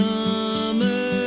Summer